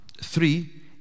three